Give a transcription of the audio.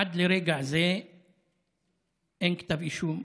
עד לרגע זה אין כתב אישום.